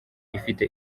ifite